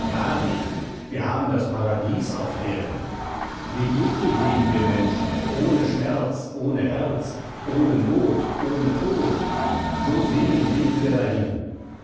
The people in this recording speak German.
wir haben das paradies auf erden wie glücklich leben wir menschen ohne schmerz ohne herz ohne not ohne tod so selig leben wir dahin